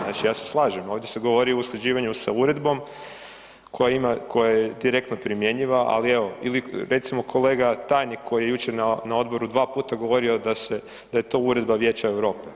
Znači ja se slažem ovdje se govori o usklađivanju sa uredbom koja je direktno primjenjiva, ali evo ili recimo kolega tajnik koji je jučer na odboru dva puta govorio da je to uredba Vijeća Europe.